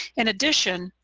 in addition,